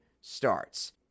starts